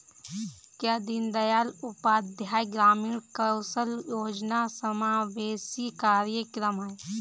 क्या दीनदयाल उपाध्याय ग्रामीण कौशल योजना समावेशी कार्यक्रम है?